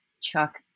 chuck